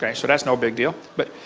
yeah so that's no big deal, but